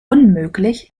unmöglich